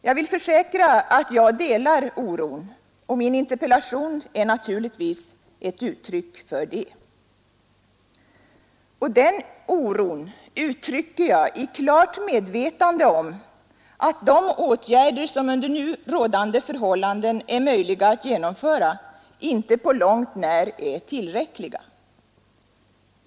Jag vill försäkra att jag delar oron, och min interpellation är naturligtvis ett uttryck för det. Denna oro uttrycker jag i klart medvetande om att de åtgärder söm under nu rådande förhållanden är möjliga att genomföra inte på långt när är tillräckliga.